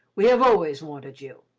we have always wanted you,